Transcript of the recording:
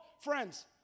friends